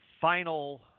final